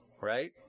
right